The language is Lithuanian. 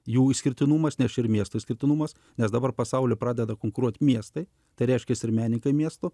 jų išskirtinumas nes ir miesto išskirtinumas nes dabar pasaulyje pradeda konkuruoti miestai tai reiškias ir menininkai miestų